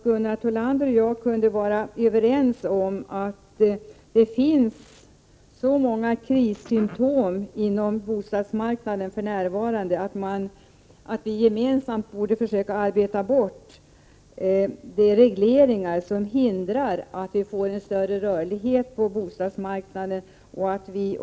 Gunnar Thollander och jag borde kunna vara överens om att det finns så många krissymptom inom bostadsmarknaden för närvarande att vi gemensamt skulle försöka arbeta bort de regleringar som hindrar en större rörlighet på bostadsmarknaden.